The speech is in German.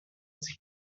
sich